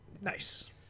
Nice